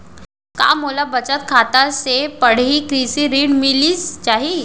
का मोला बचत खाता से पड़ही कृषि ऋण मिलिस जाही?